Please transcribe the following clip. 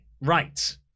right